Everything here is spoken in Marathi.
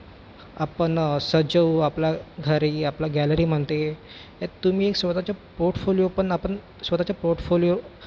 आपण सज्ज होऊ आपला घरी आपला गॅलरीमध्ये यात तुम्ही स्वत च्या पोटफोलियो पण आपण स्वत चा पोटफोलियो